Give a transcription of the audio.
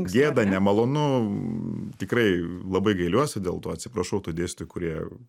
gėda nemalonu tikrai labai gailiuosi dėl to atsiprašau tų dėstytojų kurie